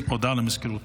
הודעה למזכירות.